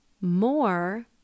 more